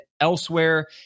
elsewhere